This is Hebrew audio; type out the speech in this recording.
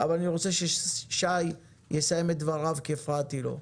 אבל אני רוצה ששי יסיים את דבריו, כי הפרעתי לו.